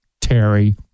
Terry